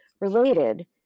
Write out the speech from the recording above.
related